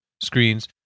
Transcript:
screens